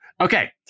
Okay